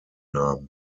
nahm